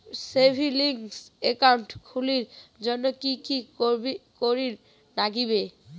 Savings account খুলির জন্যে কি কি করির নাগিবে?